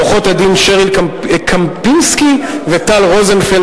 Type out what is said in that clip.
עורכות-הדין שריל קמפינסקי וטל רוזנפלד,